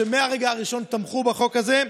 שמהרגע הראשון תמכו בחוק הזה,